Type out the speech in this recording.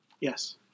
Yes